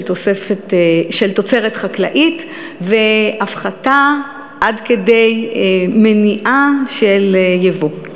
תוצרת חקלאית והפחתה עד כדי מניעה של יבוא.